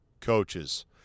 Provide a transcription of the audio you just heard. coaches